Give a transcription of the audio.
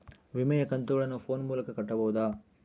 ವಿಮೆಯ ಕಂತುಗಳನ್ನ ಫೋನ್ ಮೂಲಕ ಕಟ್ಟಬಹುದಾ?